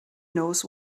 knows